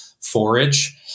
forage